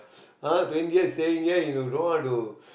!huh! twenty years staying here you don't know how to